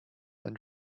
and